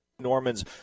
Norman's